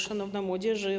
Szanowna Młodzieży!